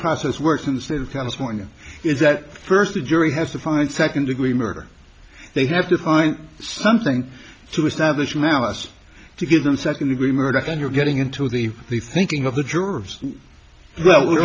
process works in the state of california is that first a jury has to find second degree murder they have to find something to establish malice to give them second degree murder when you're getting into the the thinking of the jurors well